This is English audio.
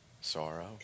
sorrow